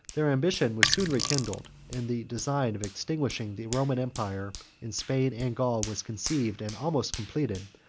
their ambition was soon rekindled and the design of extinguishing the roman empire in spain and gaul was conceived, and almost completed,